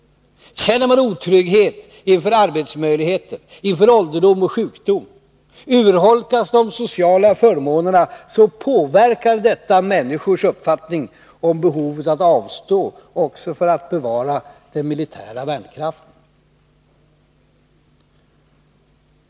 Känner man otrygghet inför arbetsmöjligheter, inför ålderdom och sjukdom, urholkas de sociala förmånerna, då påverkar detta människors uppfattning om behovet av att avstå också för att bevara den militära värnkraften.